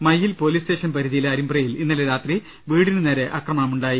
Mayyil police station പരിധിയിലെ അരിമ്പയിൽ ഇന്നലെ രാത്രി വീടി നുനേരെ ആക്രമണമുണ്ടായി